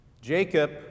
Jacob